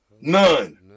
None